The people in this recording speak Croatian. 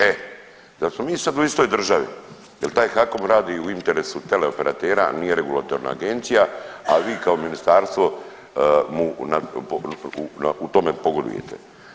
E, da smo sad u istoj državi jer taj HAKOM radi u interesu teleoperatera, a nije regulatorna agencija, a vi kao ministarstvo mu u tome pogodujete.